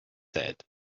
said